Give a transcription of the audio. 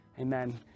Amen